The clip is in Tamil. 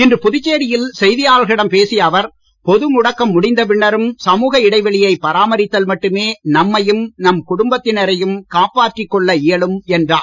இன்று புதுச்சேரியில் செய்தியாளர்களிடம் பேசிய அவர் பொது முடக்கம் முடிந்த பின்னரும் சமுக இடைவெளியை பராமரித்தால் மட்டுமே நம்மையும் நம் குடும்பத்தினரையும் காப்பாற்றிக் கொள்ள இயலும் என்றார்